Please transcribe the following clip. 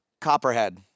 Copperhead